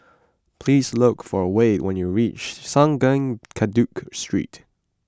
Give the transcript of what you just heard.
please look for Wayde when you reach Sungei Kadut Street